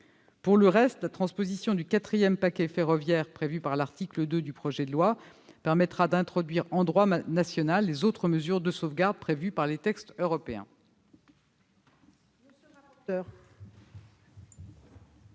Pour le reste, la transposition du quatrième paquet ferroviaire, prévue par l'article 2 du projet de loi, permettra d'introduire, dans le droit national, les autres mesures de sauvegarde prévues par les textes européens. Quel est l'avis de